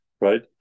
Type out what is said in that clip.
right